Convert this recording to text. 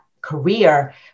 career